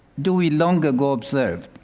dewey long ago observed,